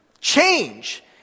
change